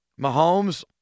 Mahomes